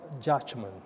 judgment